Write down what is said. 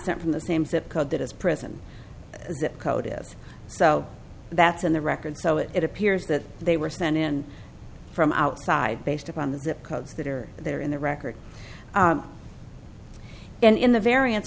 sent from the same zip code that is prison zip code is so that's in the record so it appears that they were sent in from outside based upon the zip codes that are there in the record and in the varian